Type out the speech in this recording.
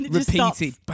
repeated